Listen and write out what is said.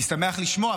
אני שמח לשמוע,